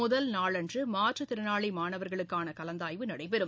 முதல் நாளன்று மாற்றுத்திறனாளி மாணவர்களுக்கான கலந்தாய்வு நடைபெறும்